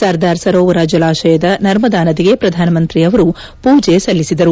ಸರ್ದಾರ್ ಸರೋವರ ಜಲಾಶಯದ ನರ್ಮದಾ ನದಿಗೆ ಪ್ರಧಾನಮಂತ್ರಿ ಅವರು ಪೂಜೆ ಸಲ್ಲಿಸಿದರು